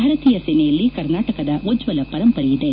ಭಾರತೀಯ ಸೇನೆಯಲ್ಲಿ ಕರ್ನಾಟಕದ ಉಜ್ವಲ ಪರಂಪರೆ ಇದೆ